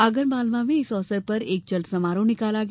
आगरमालवा में इस अवसर पर एक चल समारोह निकाला गया